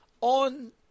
on